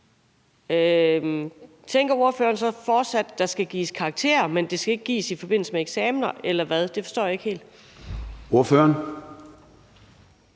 tænker ordføreren så, at der fortsat skal gives karakterer, men at de ikke skal gives i forbindelse med eksamener, eller hvad? Det forstår jeg ikke helt. Kl.